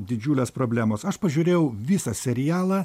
didžiulės problemos aš pažiūrėjau visą serialą